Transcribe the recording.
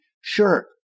Sure